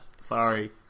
Sorry